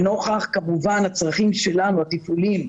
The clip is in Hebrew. לנוכח הצרכים הטיפוליים שלנו